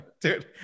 Dude